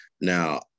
now